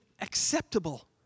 acceptable